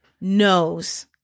knows